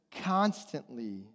constantly